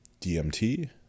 DMT